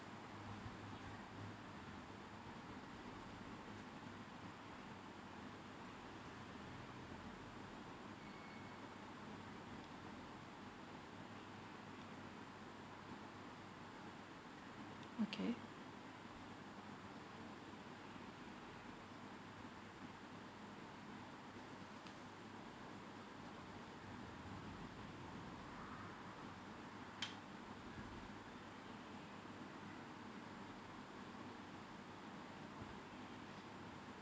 okay